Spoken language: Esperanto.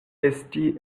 esti